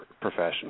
professional